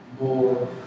more